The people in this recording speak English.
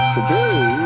Today